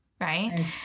right